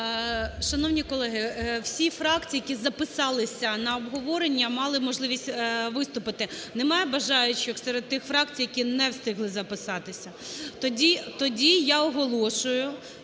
Шановні колеги, всі фракції, які записалися на обговорення, мали можливість виступити. Немає бажаючих серед тих фракцій, які не встигли записатись? Тоді я оголошую,